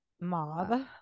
mob